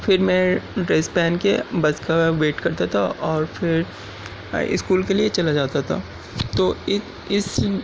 پھر میں ڈریس پہن کے بس کا ویٹ کرتا تھا اور پھر اسکول کے لئے چلا جاتا تھا تو ای اس